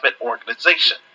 organization